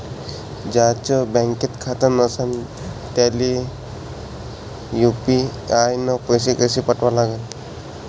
ज्याचं बँकेत खातं नसणं त्याईले यू.पी.आय न पैसे कसे पाठवा लागन?